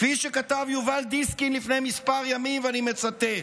כפי שכתב יובל דיסקין לפני כמה ימים, ואני מצטט: